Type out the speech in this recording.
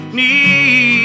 need